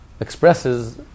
Expresses